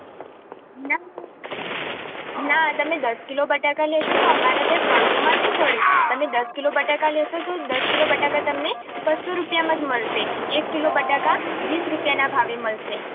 ના ના ના તમે દસ કિલો બટાકા લેશો તો અમારા ત્યાં ત્રણસોમાં નહીં પડે દસ કિલો બટાકા લેશો તો દસ કિલો બટાકા તમને બસો રૂપિયામાં જ મળશે એક કિલો બટાકા વીસ રૂપિયાના ભાવે મળશે